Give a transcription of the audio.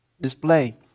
display